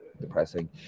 Depressing